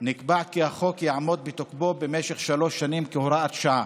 נקבע כי החוק יעמוד בתוקפו במשך שלוש שנים כהוראת שעה.